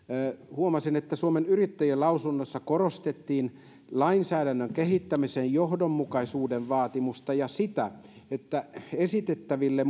huomasin että suomen yrittäjien lausunnossa korostettiin lainsäädännön kehittämisen johdonmukaisuuden vaatimusta ja sitä että esitettäville